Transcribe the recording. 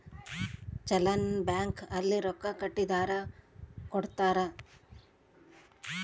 challan bank ಅಲ್ಲಿ ರೊಕ್ಕ ಕಟ್ಟಿದರ ಕೋಡ್ತಾರ